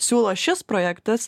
siūlo šis projektas